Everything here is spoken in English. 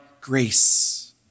grace